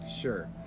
Sure